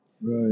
right